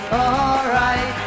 alright